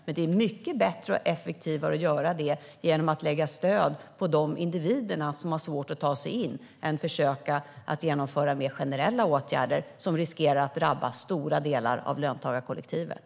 Det är dock mycket bättre och effektivare att lägga stöd på de individer som har svårt att ta sig in än att vidta mer generella åtgärder som riskerar att drabba stora delar av löntagarkollektivet.